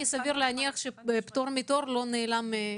סביר להניח שהחוק פטור מתור לא נעלם.